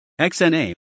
XNA